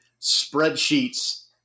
spreadsheets